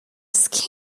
scheme